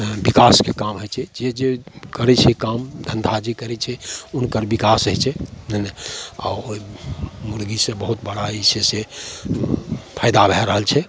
विकासके काम होइ छै जे करय छै काम धन्धा जे करय छै हुनकर विकास होइ छै नइ नै आ ओइ मुर्गी से बहुत बड़ा जे छै से फायदा भै रहल छै